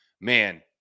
man